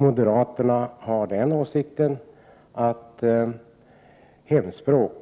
Moderaterna har den åsikten att hemspråksundervisningen